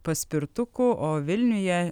paspirtukų o vilniuje